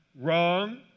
Wrong